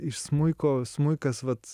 iš smuiko smuikas vat